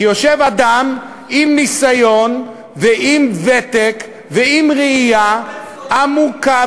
כי יושב אדם עם ניסיון ועם ותק ועם ראייה עמוקה,